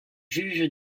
juge